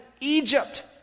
Egypt